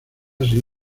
sido